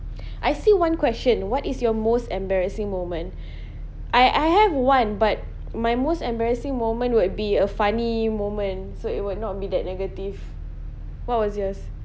I see one question what is your most embarrassing moment I I have one but my most embarrassing moment would be a funny moment so it would not be that negative what was yours